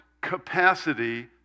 capacity